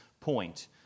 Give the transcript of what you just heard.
point